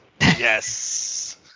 Yes